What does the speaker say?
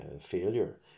failure